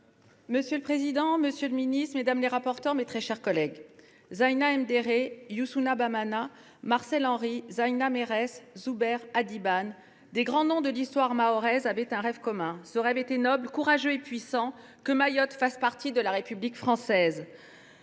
Monsieur le président, monsieur le ministre, mes chers collègues, Zena M’déré, Younoussa Bamana, Marcel Henri, Zaïna Meresse, Zoubert Adinani : ces grands noms de l’histoire mahoraise avaient un rêve commun. Ce rêve était noble, courageux et puissant : que Mayotte fasse partie de la République française